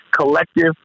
collective